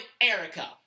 Erica